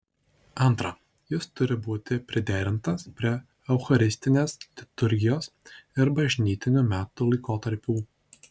antra jis turi būti priderintas prie eucharistinės liturgijos ir bažnytinių metų laikotarpių